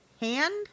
hand